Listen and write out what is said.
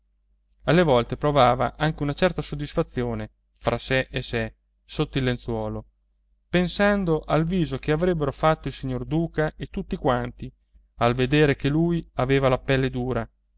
alle volte provava anche una certa soddisfazione fra sé e sé sotto il lenzuolo pensando al viso che avrebbero fatto il signor duca e tutti quanti al vedere che lui aveva la pelle dura